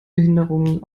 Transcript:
behinderungen